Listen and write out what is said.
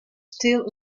still